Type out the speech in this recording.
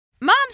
moms